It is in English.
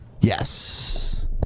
Yes